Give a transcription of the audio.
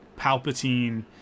Palpatine